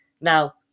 now